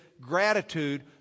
gratitude